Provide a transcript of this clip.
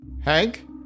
Hank